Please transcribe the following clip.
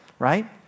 Right